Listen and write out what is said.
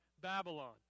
Babylon